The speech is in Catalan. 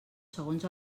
segons